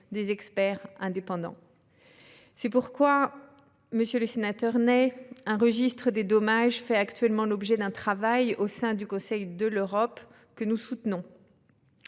des experts indépendants. C'est pourquoi, monsieur le sénateur Le Nay, un registre des dommages fait actuellement l'objet d'un travail au sein du Conseil de l'Europe, que nous soutenons.